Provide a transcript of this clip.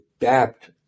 adapt